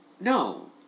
No